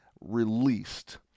released